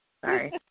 Sorry